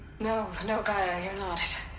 no, no gaia, you're not